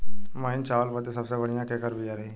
महीन चावल बदे सबसे बढ़िया केकर बिया रही?